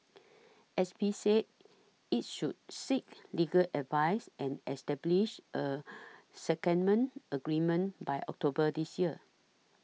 S P said it should seek legal advice and establish a secondment agreement by October this year